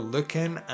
Looking